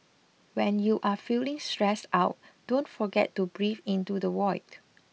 when you are feeling stressed out don't forget to breathe into the void